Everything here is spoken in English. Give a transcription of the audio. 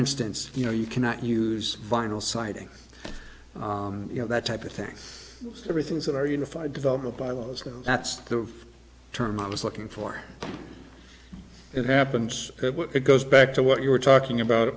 instance you know you cannot use vinyl siding you know that type of thing everything's that are unified develop the bylaws now that's the term i was looking for it happens it goes back to what you were talking about